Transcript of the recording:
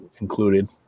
included